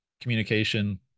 communication